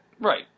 Right